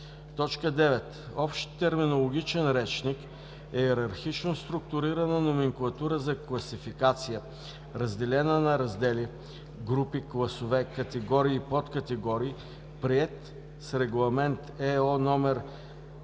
нея. 9. „Общ терминологичен речник“ е йерархично структурирана номенклатура за класификация, разделена на раздели, групи, класове, категории и подкатегории, приет с Регламент (ЕО) №